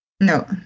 No